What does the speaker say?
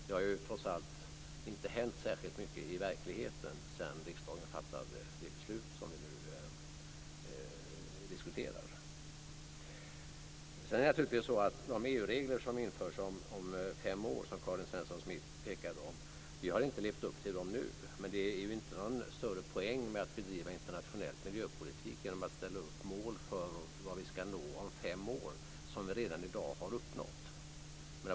Det har trots allt inte hänt särskilt mycket i praktiken sedan riksdagen fattade det beslut som vi nu diskuterar. Vi har vidare naturligtvis inte ännu levt upp till de EU-regler som införs om fem år och som Karin Svensson Smith pekar på, men det är inte någon större poäng med att i internationell miljöpolitik ställa upp mål för vad vi ska nå om fem år som vi redan i dag har uppnått.